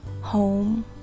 home